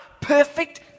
perfect